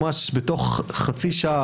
תוך חצי שעה,